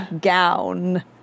gown